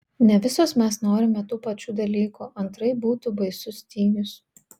ne visos mes norime tų pačių dalykų antraip būtų baisus stygius